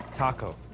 Taco